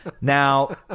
Now